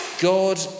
God